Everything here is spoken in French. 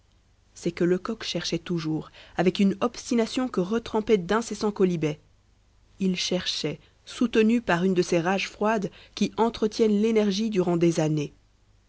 c'est que lecoq cherchait toujours avec une obstination que retrempaient d'incessants quolibets il cherchait soutenu par une de ces rages froides qui entretiennent l'énergie durant des années